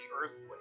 earthquake